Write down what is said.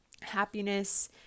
Happiness